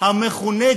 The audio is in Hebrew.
ירידה